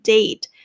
Date